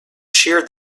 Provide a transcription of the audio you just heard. sheared